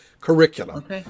curriculum